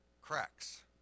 Cracks